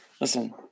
listen